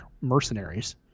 mercenaries